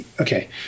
Okay